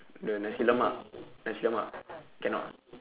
the nasi-lemak nasi-lemak cannot ah